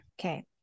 Okay